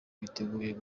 biteguye